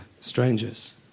strangers